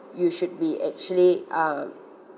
you should be actually um